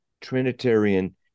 Trinitarian